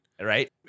Right